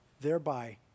thereby